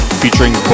featuring